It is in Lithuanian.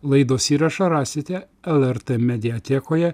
laidos įrašą rasite lrt mediatekoje